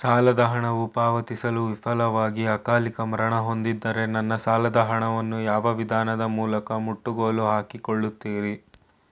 ಸಾಲದ ಹಣವು ಪಾವತಿಸಲು ವಿಫಲವಾಗಿ ಅಕಾಲಿಕ ಮರಣ ಹೊಂದಿದ್ದರೆ ನನ್ನ ಸಾಲದ ಹಣವನ್ನು ಯಾವ ವಿಧಾನದ ಮೂಲಕ ಮುಟ್ಟುಗೋಲು ಹಾಕಿಕೊಳ್ಳುತೀರಿ?